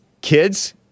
kids